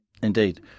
Indeed